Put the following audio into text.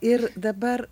ir dabar